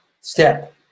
Step